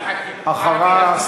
אחריו,